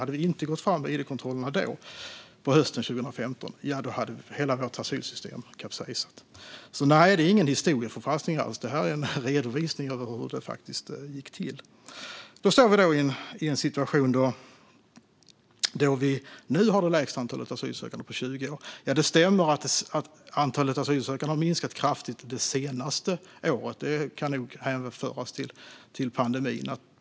Hade vi inte gått fram med id-kontrollerna hösten 2015 hade hela vårt asylsystem kapsejsat. Det är alltså ingen historieförfalskning, utan det är en redovisning av hur det faktiskt gick till. Vi står nu i en situation då vi har det lägsta antalet asylsökande på 20 år. Det stämmer att antalet asylsökande har minskat kraftigt det senaste året och att det nog kan hänföras till pandemin.